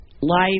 life